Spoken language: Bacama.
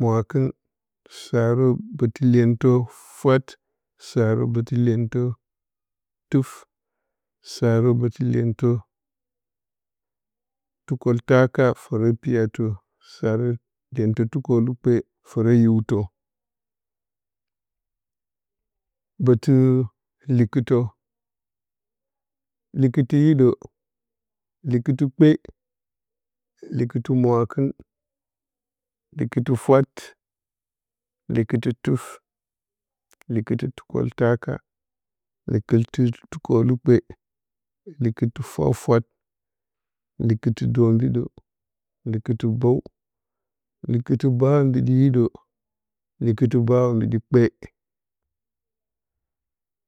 mwakɨn sarə bə tə iyentə fwat asrə ɓə tə iyentə tɨt sarə bə tə iyentə twukoltaka fərə piyatə sarə iyentə twukolukp fərə hiwtə bətɨ likɨtɨ likɨtə hiɗ likɨtɨ kpe likɨtɨ mwa kan likɨtɨ fwat likɨti tɨf likɨtɨ luakoltaka likɨtɨ tatukolukpe likɨti fwat-fwat likɨtɨ dobiɗə likɨtɨ bəw likɨtə bəw a mbiɗi hiɗə likɨtɨ bəw ambiɗi kpe